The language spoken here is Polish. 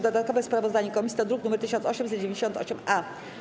Dodatkowe sprawozdanie komisji to druk nr 1898-A.